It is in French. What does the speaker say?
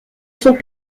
sont